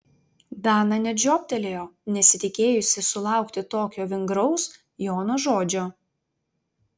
dana net žiobtelėjo nesitikėjusi sulaukti tokio vingraus jono žodžio